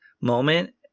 moment